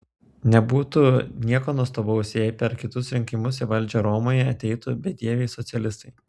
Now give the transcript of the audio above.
nebūtų nieko nuostabaus jei per kitus rinkimus į valdžią romoje ateitų bedieviai socialistai